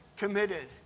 committed